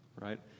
Right